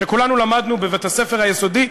שכולנו למדנו בבית-הספר היסודי,